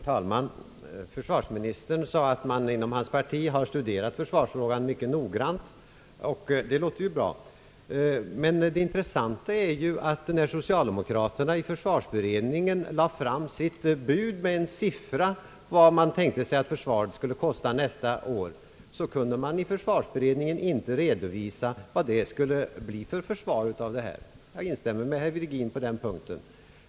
Herr talman! Försvarsministern sade att man inom hans parti har studerat försvarsfrågan mycket noggrant, och det låter ju bra. Men det intressanta är att när socialdemokraterna i försvarsutredningen lade fram sitt bud med en siffra på vad man tänkte sig att försvaret skulle kosta nästa år så kunde man inom försvarsutredningen inte redovisa vad för slags försvar det skulle bli. Jag instämmer med herr Virgin på den punkten.